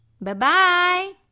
Bye-bye